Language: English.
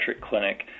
clinic